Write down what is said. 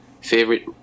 favorite